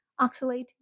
oxalate